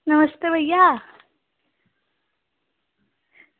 नमस्ते भइया